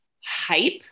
hype